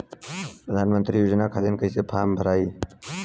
प्रधानमंत्री योजना खातिर कैसे फार्म भराई?